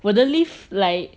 我的 leave like